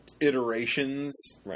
iterations